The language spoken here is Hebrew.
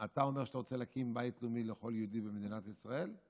אתה אומר שאתה רוצה להקים בית לאומי לכל יהודי במדינת ישראל?